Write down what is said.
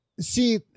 see